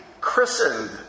christened